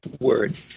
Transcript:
word